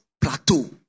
plateau